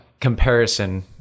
comparison